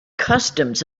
customs